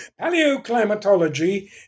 Paleoclimatology